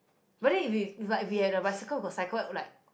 but then if you if we had like a bicycle for cycle like